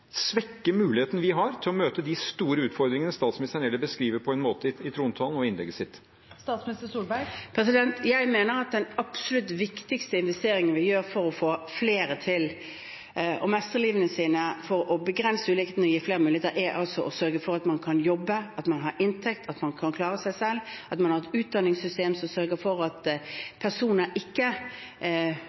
svekke mulighetene vi har til å møte de store utfordringene statsministeren beskriver på en måte i trontalen og i innlegget sitt. Jeg mener at den absolutt viktigste investeringen vi gjør for å få flere til å mestre livet sitt, begrense ulikheter og gi flere muligheter er å sørge for at man kan jobbe, har inntekt og klarer seg selv, og at man har et utdanningssystem som sørger for at personer ikke